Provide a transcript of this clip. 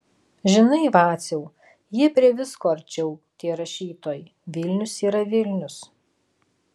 žinai vaciau jie prie visko arčiau tie rašytojai vilnius yra vilnius